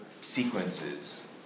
sequences